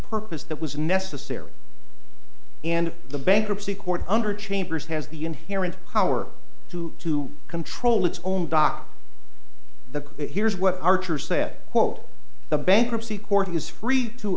purpose that was necessary and the bankruptcy court under chambers has the inherent power to to control its own dock the here's what archer said quote the bankruptcy court is free to